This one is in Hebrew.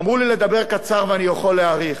אמרו לי לדבר קצר, ואני יכול להאריך.